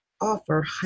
offer